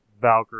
Valkyrie